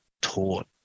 taught